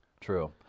True